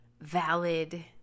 valid